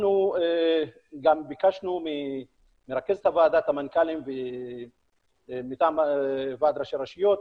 אנחנו גם ביקשנו מרכזת ועדת המנכ"לים מטעם ועד ראשי הרשויות